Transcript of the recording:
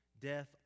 death